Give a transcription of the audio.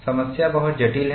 समस्या बहुत जटिल है